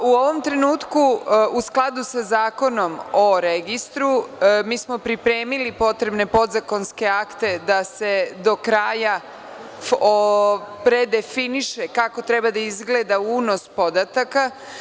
U ovom trenutku, u skladu sa Zakonom o registru, mi smo pripremili potrebne podzakonske akte da se do kraja predefiniše kako treba da izgleda unos podataka.